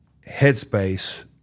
headspace